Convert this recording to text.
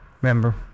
remember